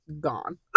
gone